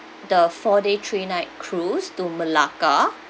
the four day three night cruise to malacca